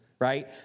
right